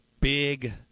big